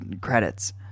credits